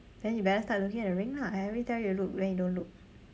then you better start looking at the ring lah I already tell you to look then you don't look